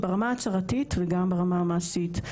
ברמה ההצהרתית וגם ברמה המעשית.